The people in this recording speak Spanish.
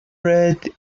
red